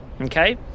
Okay